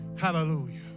Hallelujah